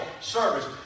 service